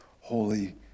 holy